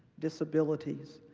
disabilities,